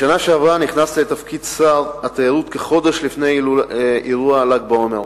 בשנה שעברה נכנסתי לתפקיד שר התיירות כחודש לפני אירועי ל"ג בעומר.